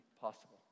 possible